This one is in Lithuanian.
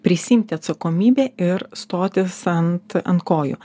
prisiimti atsakomybę ir stotis ant ant kojų